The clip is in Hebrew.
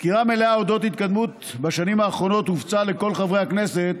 סקירה מלאה על אודות ההתקדמות בשנים האחרונות הופצה לכל חברי הכנסת,